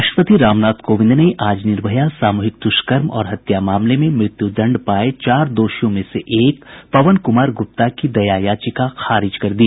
राष्ट्रपति रामनाथ कोविंद ने आज निर्भया सामूहिक दुष्कर्म और हत्या मामले में मृत्यदंड पाए चार दोषियों में से एक पवन कुमार गुप्ता की दया याचिका खारिज कर दी